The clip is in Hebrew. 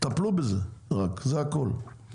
טפלו בזה רק זה הכל.